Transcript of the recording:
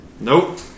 Nope